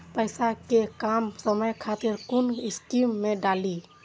पैसा कै कम समय खातिर कुन स्कीम मैं डाली?